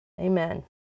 Amen